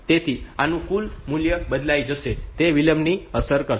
તેથી આનું કુલ મૂલ્ય બદલાઈ જશે અને તે વિલંબને અસર કરશે